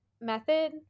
method